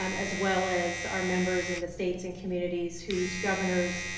um as well as our members in the states and communities whose governors,